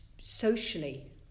socially